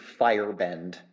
firebend